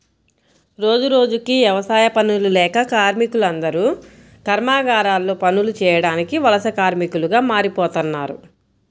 రోజురోజుకీ యవసాయ పనులు లేక కార్మికులందరూ కర్మాగారాల్లో పనులు చేయడానికి వలస కార్మికులుగా మారిపోతన్నారు